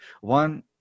One